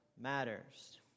matters